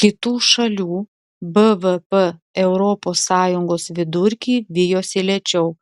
kitų šalių bvp europos sąjungos vidurkį vijosi lėčiau